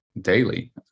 daily